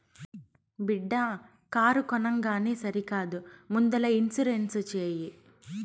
బిడ్డా కారు కొనంగానే సరికాదు ముందల ఇన్సూరెన్స్ చేయి